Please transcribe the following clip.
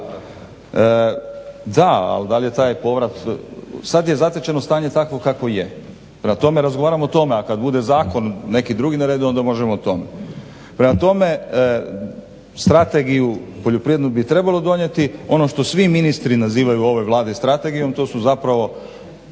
Da, ali da li je taj povrat. Sad je zatečeno stanje takvo kakvo je. Prema tome, razgovaramo o tome, a kad bude zakon neki drugi na redu onda možemo o tome. Prema tome, strategiju poljoprivrednu bi trebalo donijeti. Ono što svi ministri nazivaju u ovoj Vladi strategijom to su zapravo